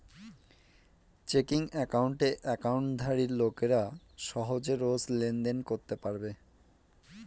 checking একাউণ্টে একাউন্টধারী লোকেরা সহজে রোজ লেনদেন করতে পারবে